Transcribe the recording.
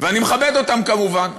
ואני מכבד אותם כמובן.